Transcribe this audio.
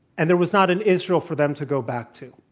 and there was not an israel for them to go back to.